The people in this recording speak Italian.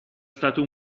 stato